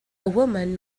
woman